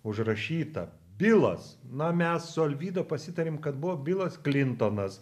užrašyta bilas na mes su alvyda pasitarėm kad buvo bilas klintonas